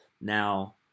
Now